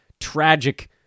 tragic